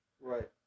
Right